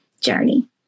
journey